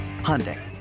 Hyundai